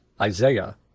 Isaiah